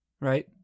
right